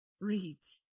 reads